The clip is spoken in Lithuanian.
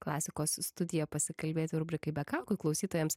klasikos studiją pasikalbėti rubrikai be kaukių klausytojams